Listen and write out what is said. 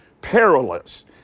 Perilous